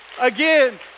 Again